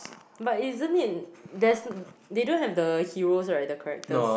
but isn't it there's they don't have the heroes right the characters